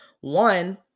One